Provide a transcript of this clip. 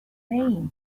vain